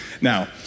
Now